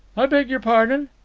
i beg your pardon?